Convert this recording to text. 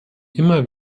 immer